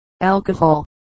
alcohol